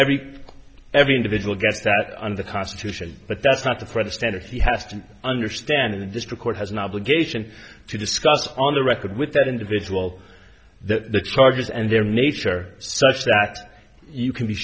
every every individual gets that under the constitution but that's not the credit standard he has to understand in the district court has an obligation to discuss on the record with that individual that the charges and their nature such that you can be